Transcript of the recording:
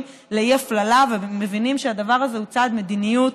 לאי-הפללה ומבינים שהדבר הזה הוא צעד מדיניות